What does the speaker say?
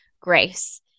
grace